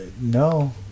No